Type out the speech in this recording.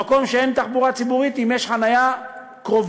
במקום שאין תחבורה ציבורית, אם יש חניה קרובה.